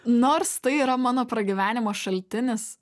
nors tai yra mano pragyvenimo šaltinis